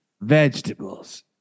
vegetables